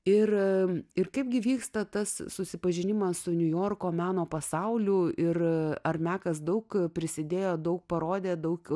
ir ir kaipgi vyksta tas susipažinimas su niujorko meno pasauliu ir ar mekas daug prisidėjo daug parodė daug